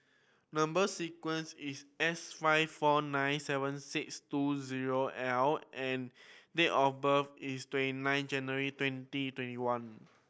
number sequence is S five four nine seven six two zero L and date of birth is twenty nine January twenty twenty one